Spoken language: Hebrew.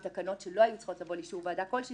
אם זה בתקנות שלא היו צריכות לבוא לאישור ועדה כלשהי